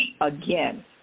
again